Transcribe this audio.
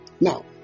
now